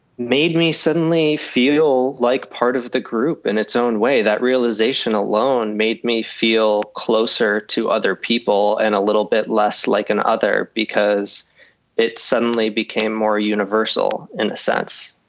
made me suddenly feel like part of the group in its own way, that realization alone made me feel closer to other people and a little bit less like an other because it suddenly became more universal in a sense